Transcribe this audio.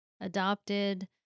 adopted